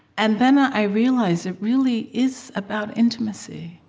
and then i realized, it really is about intimacy.